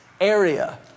area